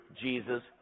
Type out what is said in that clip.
Jesus